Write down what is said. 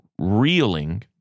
reeling